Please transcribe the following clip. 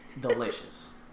Delicious